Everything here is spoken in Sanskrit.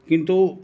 किन्तु